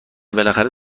بالاخره